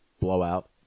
blowout